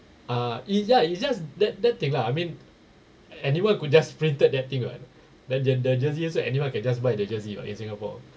uh is ya it's just that that thing lah I mean anyone could just printed that thing what the the the jersey also anyone can just buy the jersey what in singapore